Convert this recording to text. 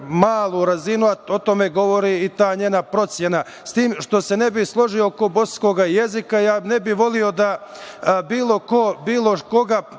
malu razinu, o tome govori i ta njena procena. S tim što se ne bih složio oko bosanskog jezika i ne bih voleo da bilo ko, bilo koga